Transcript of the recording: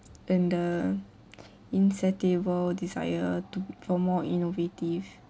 and the insatiable desire to for more innovative